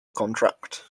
contract